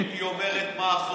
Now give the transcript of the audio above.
היא אומרת מה החוק.